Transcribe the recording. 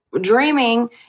dreaming